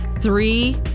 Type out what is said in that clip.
Three